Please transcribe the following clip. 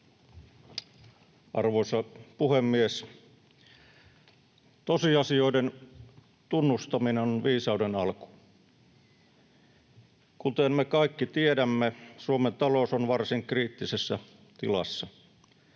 Arvoisa puhemies! Tosiasioiden tunnustaminen on viisauden alku. Kuten me kaikki tiedämme, Suomen talous on varsin kriittisessä tilassa.